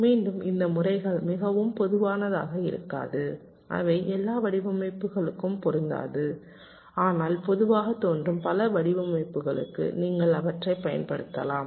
மீண்டும் இந்த முறைகள் மிகவும் பொதுவானதாக இருக்காது அவை எல்லா வடிவமைப்புகளுக்கும் பொருந்தாது ஆனால் பொதுவாக தோன்றும் பல வடிவமைப்புகளுக்கு நீங்கள் அவற்றைப் பயன்படுத்தலாம்